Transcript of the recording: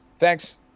Thanks